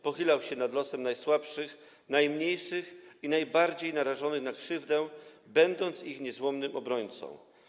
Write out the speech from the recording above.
Pochylał się nad losem najsłabszych, najmniejszych i najbardziej narażonych na krzywdę, będąc ich niezłomnym obrońcą.